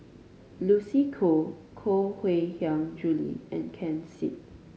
Lucy Koh Koh Mui Hiang Julie and Ken Seet